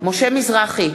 משה מזרחי,